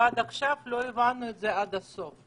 ועד עכשיו לא הבנו את זה עד הסוף.